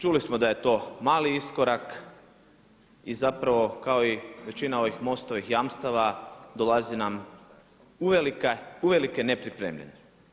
Čuli smo da je to mali iskorak i zapravo kao i većina ovih MOST-ovih jamstava dolazi nam uvelike nepripremljen.